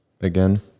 Again